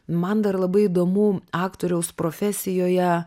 man dar labai įdomu aktoriaus profesijoje